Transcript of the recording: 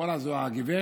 פולה זו הגב'